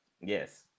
Yes